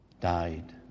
Died